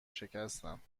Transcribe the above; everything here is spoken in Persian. شکستم